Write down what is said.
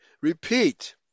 repeat